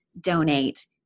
donate